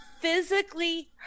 physically